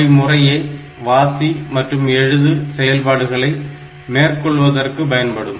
அவை முறையே வாசி மற்றும் எழுது செயல்பாடுகளை மேற்கொள்வதற்கு பயன்படும்